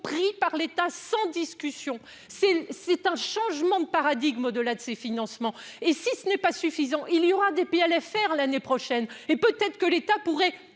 pris par l'État sans discussion c'est c'est un changement de paradigme de la de ces financements et si ce n'est pas suffisant, il y aura des pays allaient faire l'année prochaine et peut-être que l'État pourrait